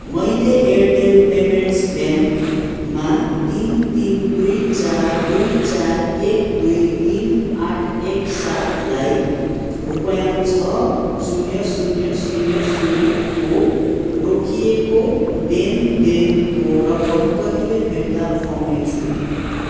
मैले Airtel payments ब्याङ्कमा तिन तिन दुई चार दुई चार एक दुई तिन आठ एक सातलाई रुपैयाँ छ शून्य शून्य शून्य शून्यको रोकिएको लेनदेनको रकम कहिले फिर्ता पाउनेछु